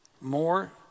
more